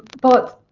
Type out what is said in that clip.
but,